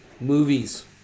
movies